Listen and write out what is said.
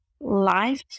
life